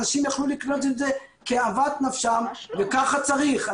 האנשים יכלו לקנות עם זה כאוות נפשם וככה צריך.